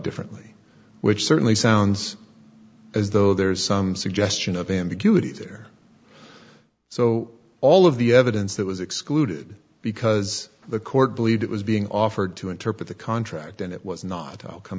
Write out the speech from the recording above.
differently which certainly sounds as though there is some suggestion of ambiguity there so all of the evidence that was excluded because the court believed it was being offered to interpret the contract and it was not come